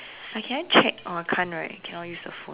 like can I check or can't right cannot use the phone